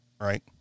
right